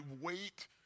wait